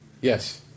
yes